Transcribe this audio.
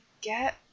get